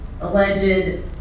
alleged